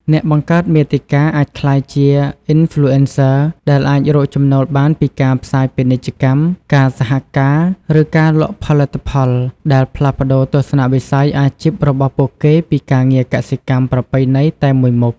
អ្នកបង្កើតមាតិកាអាចក្លាយជា អ៊ីនហ្វ្លូអិនសើរ ដែលអាចរកចំណូលបានពីការផ្សាយពាណិជ្ជកម្ម ការសហការ ឬការលក់ផលិតផល ដែលផ្លាស់ប្តូរទស្សនវិស័យអាជីពរបស់ពួកគេពីការងារកសិកម្មប្រពៃណីតែមួយមុខ។